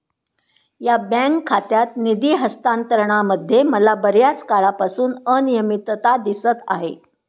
या बँक खात्यात निधी हस्तांतरणामध्ये मला बर्याच काळापासून अनियमितता दिसत आहे